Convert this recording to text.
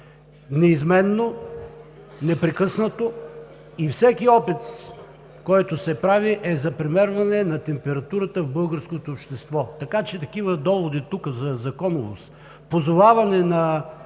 неизменно, непрекъснато и всеки опит, който се прави, е за премерване на температурата в българското общество. Така че такива доводи тук за законовост, позоваване на